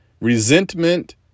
Resentment